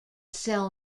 sell